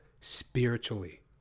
spiritually